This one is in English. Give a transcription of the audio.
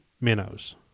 minnows